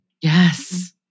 Yes